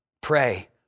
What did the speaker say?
Pray